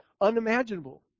unimaginable